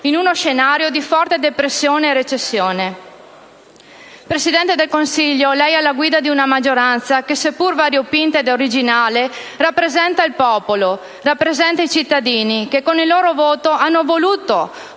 in uno scenario di forte depressione e recessione! Presidente del Consiglio, lei è alla guida di una maggioranza che, seppur variopinta ed originale, rappresenta il popolo, rappresenta i cittadini che con il loro voto hanno voluto